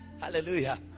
Hallelujah